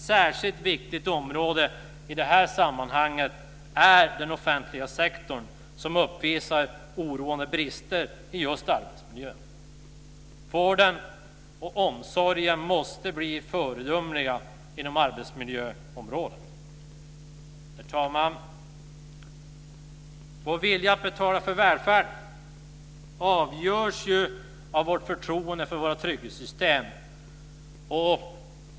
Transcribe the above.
Ett särskilt viktigt område i det här sammanhanget är den offentliga sektorn, som uppvisar oroande brister i just arbetsmiljön. Vården och omsorgen måste bli föredömliga inom arbetsmiljöområdet. Herr talman! Vår vilja att betala för välfärden avgörs ju av vårt förtroende för våra trygghetssystem.